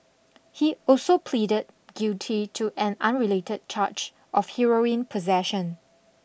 he also pleaded guilty to an unrelated charge of heroin possession